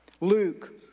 Luke